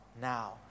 now